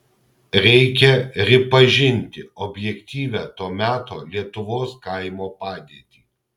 reikia ripažinti objektyvią to meto lietuvos kaimo padėtį